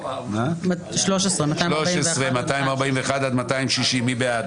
על הסתייגויות 140-121, מי בעד?